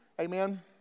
Amen